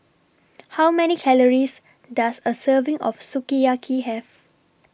How Many Calories Does A Serving of Sukiyaki Have